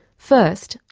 first,